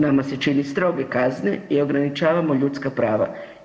Nama se čini stroge kazne i ograničavamo ljudska prava.